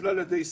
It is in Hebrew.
בכלל זה ישראל